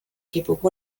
kipub